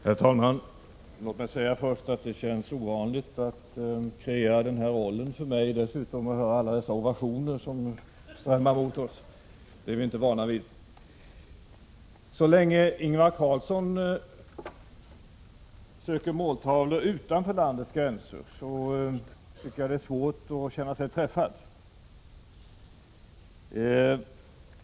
Herr talman! Låt mig först säga att det känns ovanligt för mig att kreera den här rollen — och dessutom höra alla dessa ovationer som strömmar mot oss; det är vi inte vana vid. Så länge Ingvar Carlsson söker måltavlor utanför landets gränser tycker jag att det är svårt att känna sig träffad.